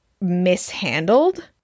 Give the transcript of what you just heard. mishandled